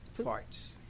farts